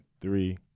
three